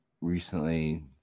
recently